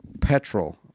petrol